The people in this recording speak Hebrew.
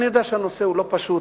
אני יודע שהנושא הוא לא פשוט,